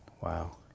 Wow